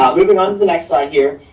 ah moving on to the next side here.